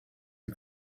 een